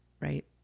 right